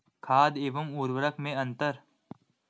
खाद एवं उर्वरक में अंतर?